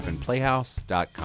playhouse.com